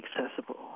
accessible